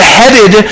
headed